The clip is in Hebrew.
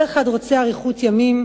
כל אחד רוצה אריכות ימים,